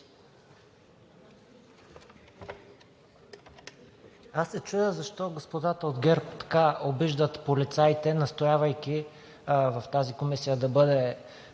се защо господата от ГЕРБ така обиждат полицаите, настоявайки в тази комисия да бъде